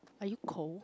are you cold